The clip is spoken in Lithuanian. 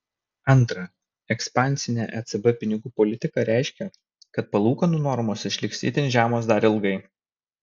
antra ekspansinė ecb pinigų politika reiškia kad palūkanų normos išliks itin žemos dar ilgai